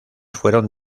fueron